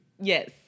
Yes